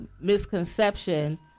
misconception